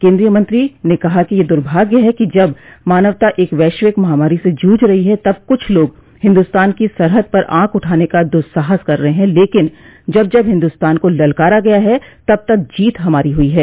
केन्द्रीय मंत्री ने कहा कि यह दुर्भाग्य है कि जब मानवता एक वैश्विक महामारी से जूझ रही है तब कुछ लोग हिन्दुस्तान की सरहद पर आँख उठाने का दुस्साहस कर रहे हैं लेकिन जब जब हिन्दुस्तान को ललकारा गया है तब तब जीत हमारी हुई है